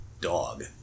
dog